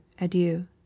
adieu